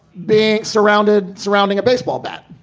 being surrounded surrounding a baseball bat.